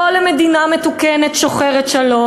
לא למדינה מתוקנת שוחרת שלום,